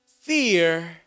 Fear